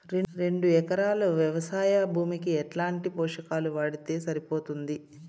రెండు ఎకరాలు వ్వవసాయ భూమికి ఎట్లాంటి పోషకాలు వాడితే సరిపోతుంది?